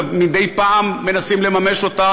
ומדי פעם מנסים לממש אותה,